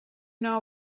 know